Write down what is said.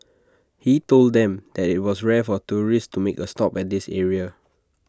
he told them that IT was rare for tourists to make A stop at this area